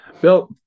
Bill